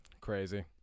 Crazy